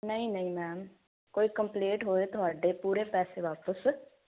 ਨਹੀਂ ਨਹੀਂ ਮੈਮ ਕੋਈ ਕੰਪਲੇਂਟ ਹੋਏ ਤੁਹਾਡੇ ਪੂਰੇ ਪੈਸੇ ਵਾਪਸ